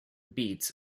beats